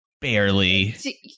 Barely